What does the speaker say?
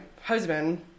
husband